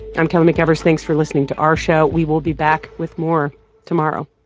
i'm kelly mcevers. thanks for listening to our show. we will be back with more tomorrow